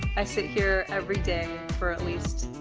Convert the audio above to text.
i sit here every day for at least,